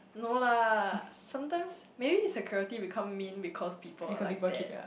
no lah sometimes maybe the security become mean because people are like that